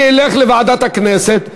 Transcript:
זה ילך לוועדת הכנסת,